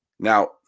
Now